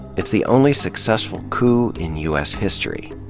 it's the only successful coup in u s. history.